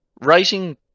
writing